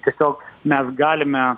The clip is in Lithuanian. tiesiog mes galime